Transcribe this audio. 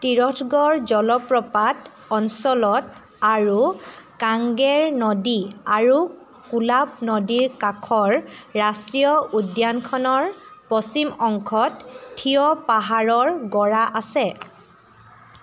তিৰথগড় জলপ্ৰপাত অঞ্চলত আৰু কাংগেৰ নদী আৰু কোলাব নদীৰ কাষৰ ৰাষ্ট্ৰীয় উদ্যানখনৰ পশ্চিম অংশত থিয় পাহাৰৰ গৰা আছে